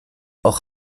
auch